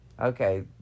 Okay